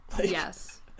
Yes